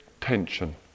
tension